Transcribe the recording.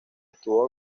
estuvo